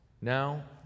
Now